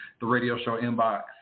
theradioshowinbox